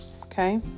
okay